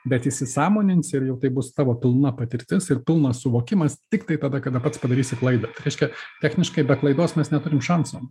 bet įsisąmoninsi ir jau tai bus tavo pilna patirtis ir pilnas suvokimas tiktai tada kada pats padarysi klaidą tai reiškia techniškai be klaidos mes neturim šansų